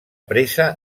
pressa